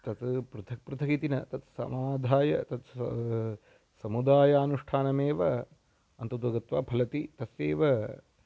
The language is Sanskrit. तत् पृथक् पृथगिति न तत् समाधाय तत् सा समुदायानुष्ठानमेव अन्ततो गत्वा फलति तस्यैव